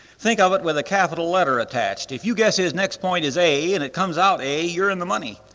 think of it with a capital letter attached if you guess his next point is a and it comes out a, you're in the money.